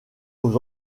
aux